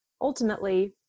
ultimately